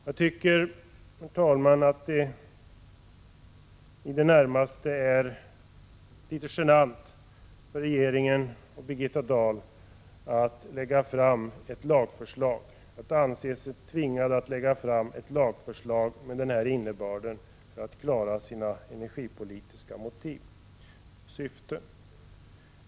Jag tycker att det i det närmaste är litet genant för regeringen och Birgitta Dahl att anse sig tvingade lägga fram ett lagförslag med den här innebörden för att klara sina energipolitiska motiv och syften.